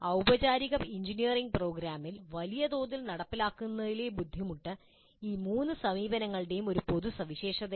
ഔപചാരിക എഞ്ചിനീയറിംഗ് പ്രോഗ്രാമിൽ വലിയ തോതിൽ നടപ്പിലാക്കുന്നതിലെ ബുദ്ധിമുട്ട് ഈ മൂന്ന് സമീപനങ്ങളുടെയും ഒരു പൊതു സവിശേഷതയാണ്